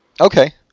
Okay